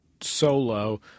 solo